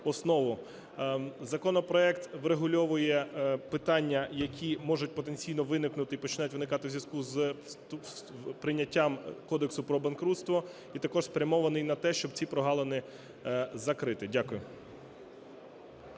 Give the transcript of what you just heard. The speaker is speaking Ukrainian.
Законопроект врегульовує питання, які можуть потенційно виникнути і починають виникати у зв'язку з прийняттям Кодексу про банкрутство, і також спрямований на те, щоб ці прогалини закрити. Дякую.